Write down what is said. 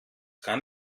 kann